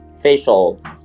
facial